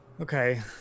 Okay